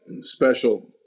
special